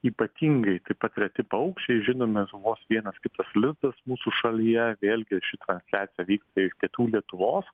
ypatingai taip pat reti paukščiai žinomas vos vienas kitas lizdas mūsų šalyje vėlgi ši transliacija vyksta pietų lietuvos